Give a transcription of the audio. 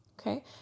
Okay